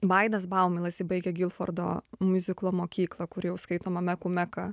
vaidas baumila jisai baigė gilfordo miuziklo mokyklą kur jau skaitoma mekų meka